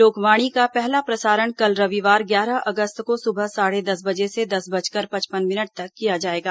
लोकवाणी का पहला प्रसारण कल रविवार ग्यारह अगस्त को सुबह साढ़े दस बजे से दस बजकर पचपन मिनट तक किया जाएगा